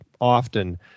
often